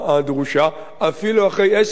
אפילו אחרי עשר ו-20,